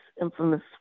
infamous